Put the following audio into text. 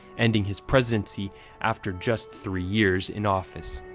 ending his presidency after just three years in office.